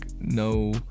no